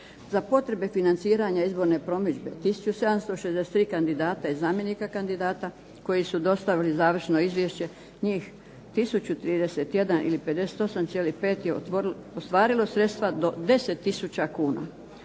Za potrebe financiranja izborne promidžbe 1763 kandidata i zamjenika kandidata koji su dostavili završno izvješće, njih 1031 ili 58,5 je ostvarilo sredstva do 10000 kuna,